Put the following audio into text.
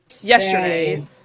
yesterday